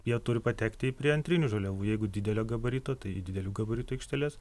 jie turi patekti prie antrinių žaliavų jeigu didelio gabarito tai didelių gabaritų aikšteles